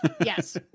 Yes